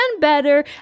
better